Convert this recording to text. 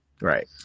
right